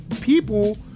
people